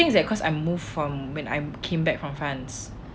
the thing is I moved when I came back from france